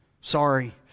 Sorry